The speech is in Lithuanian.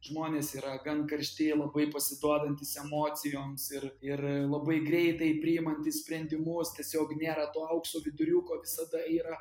žmonės yra gan karšti jie labai pasiduodantys emocijoms ir ir labai greitai priimantys sprendimus tiesiog nėra to aukso viduriuko visada yra